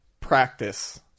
practice